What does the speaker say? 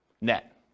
net